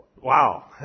Wow